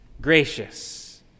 gracious